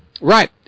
Right